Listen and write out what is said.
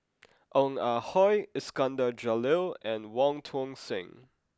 Ong Ah Hoi Iskandar Jalil and Wong Tuang Seng